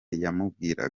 yamubwiraga